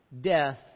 death